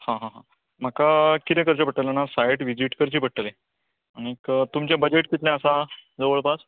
हां हां म्हाका कितें करचें पडटलें जाणा सायट व्हिजीट करची पडटली आनीक तुमचें बजट कितलें आसा जवळपास